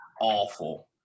awful